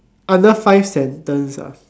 other five sentence ah